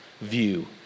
view